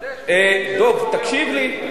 שר האוצר מחדש, דב, תקשיב לי.